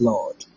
Lord